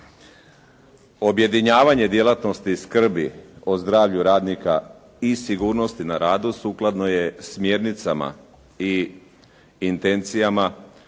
Objedinjavanje djelatnosti skrbi o zdravlju radnika i sigurnosti na radu sukladno je smjernicama i intencijama